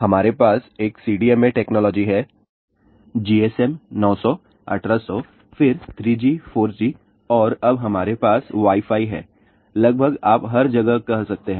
हमारे पास एक CDMA टेक्नोलॉजी है GSM 900 1800 फिर 3G 4G और अब हमारे पास वाई फाई है लगभग आप हर जगह कह सकते हैं